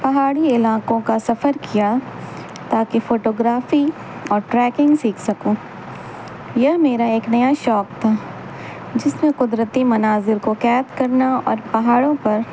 پہاڑی علاقوں کا سفر کیا تاکہ فوٹوگرافی اور ٹریکنگ سیکھ سکوں یہ میرا ایک نیا شوق تھا جس میں قدرتی مناظر کو قید کرنا اور پہاڑوں پر